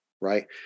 Right